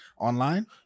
online